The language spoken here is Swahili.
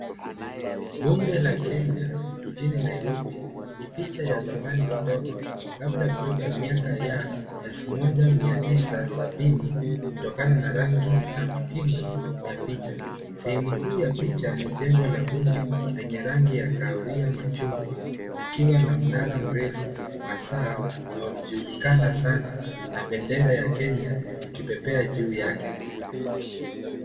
Bunge la Kenya, jijini Nairobi, ni picha ya zamani kidogo, labda kutoka miaka ya 1970, kutokana na rangi na mitindo ya picha. Sehemu kuu ya picha ni jengo la Bunge, lenye rangi ya kahawia machungwa, likiwa na mnara mrefu, hasaa unaojulikana sana, na bendera ya Kenya ikipepea juu yake.